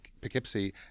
Poughkeepsie